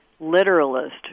literalist